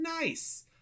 nice